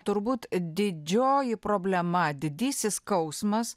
turbūt didžioji problema didysis skausmas